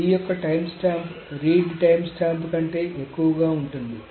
T యొక్క timestamp read timestamp కంటే ఎక్కువగా ఉంటుంది